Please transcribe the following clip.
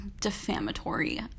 defamatory